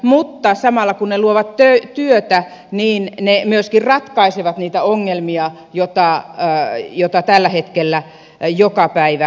mutta samalla kun ne luovat työtä ne myöskin ratkaisevat niitä ongelmia joita tällä hetkellä joka päivä syntyy